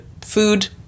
food